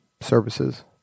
services